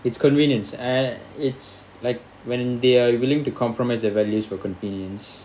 it's convenience eh it's like when they are willing to compromise their values for convenience